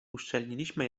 uszczelniliśmy